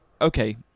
okay